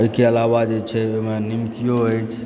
ओहिके अलावा जे छै ओहिमे निमकियो अछि